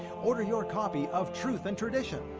order your copy of truth and tradition,